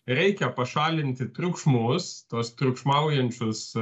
reikia pašalinti triukšmus tuos triukšmaujančius